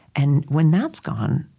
and when that's gone,